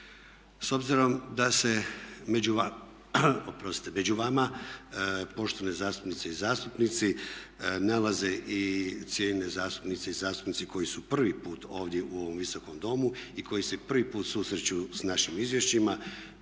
S obzirom da se među vama poštovane zastupnice i zastupnici nalaze i cijenjene zastupnice i zastupnici koji su prvi put ovdje u ovom Visokom domu i koji se prvi put susreću s našim izvješćima